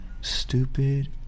stupid